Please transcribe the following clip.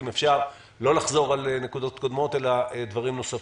אם אפשר לא לחזור על נקודות קודמות אלא להוסיף דברים נוספים,